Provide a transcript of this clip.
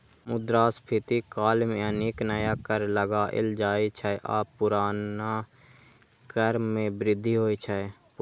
मुद्रास्फीति काल मे अनेक नया कर लगाएल जाइ छै आ पुरना कर मे वृद्धि होइ छै